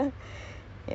ya